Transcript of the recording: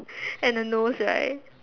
and a nose right